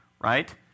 right